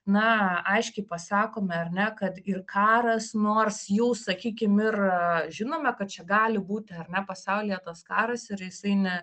na aiškiai pasakome ar ne kad ir karas nors jau sakykim ir žinome kad čia gali būti ar ne pasaulyje tas karas ir jisai ne